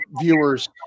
viewers